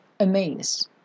Amazed